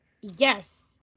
yes